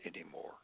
anymore